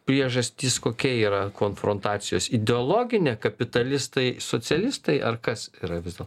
priežastys kokia yra konfrontacijos ideologinė kapitalistai socialistai ar kas yra vis dėlto